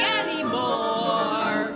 anymore